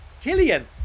Killian